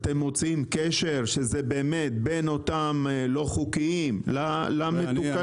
אתם מוצאים קשר בין אותם לא חוקיים לבין הרכבים התקולים?